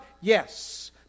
Yes